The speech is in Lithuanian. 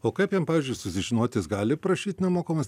o kaip jam pavyzdžiui susižinoti jis gali prašyt nemokamos